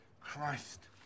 Christ